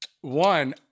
One